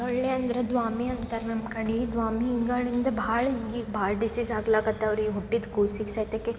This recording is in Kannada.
ಸೊಳ್ಳೆ ಅಂದರೆ ದ್ವಾಮಿ ಅಂತಾರೆ ನಮ್ಮ ಕಡೆ ದ್ವಾಮಿ ಹಿಂಗಳಿಂದ ಭಾಳ ಈಗೀಗ ಭಾಳ್ ಡಿಸೀಸ್ ಆಗ್ಲಾಕತ್ತಾವ್ರೀ ಹುಟ್ಟಿದ ಕೂಸಿಗೆ ಸಹಿತೆಕೆ